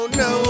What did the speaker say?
no